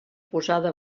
posada